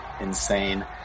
insane